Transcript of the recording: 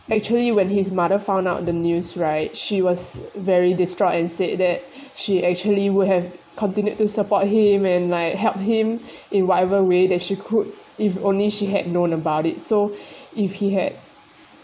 actually when his mother found out the news right she was very destroyed and said that she actually will have continued to support him and like helped him in whatever way that she could if only she had known about it so if he had